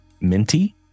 minty